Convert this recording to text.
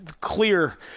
clear –